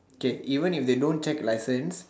okay even if they don't check license